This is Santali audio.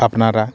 ᱟᱯᱱᱟᱨᱟ